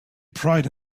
pride